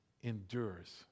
endures